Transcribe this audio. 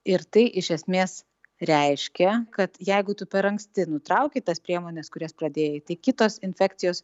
ir tai iš esmės reiškia kad jeigu tu per anksti nutraukei tas priemones kurias pradėjai tai kitos infekcijos